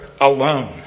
alone